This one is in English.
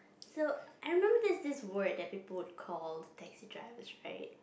so I remember there's this word that people would call taxi drivers right